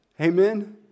Amen